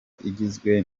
igizwe